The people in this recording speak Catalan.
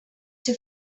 ser